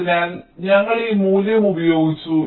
അതിനാൽ ഞങ്ങൾ ഈ മൂല്യം ഉപയോഗിച്ചു